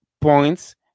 points